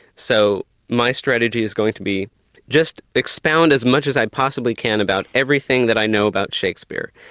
so my strategy is going to be just expound as much as i possibly can about everything that i know about shakespeare,